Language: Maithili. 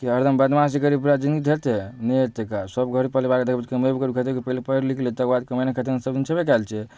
किया हरदम बदमाशी करबिही पूरा जिन्दगी कटतै नहि होयतै काज सब घर परिवारके देखबिही कमेबो खटेबो करबिही पहिले पढ़ि लिख ले तकरबाद कमेनाइ खटेनाइ तऽ सबदिन छेबे कएल छै